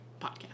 podcast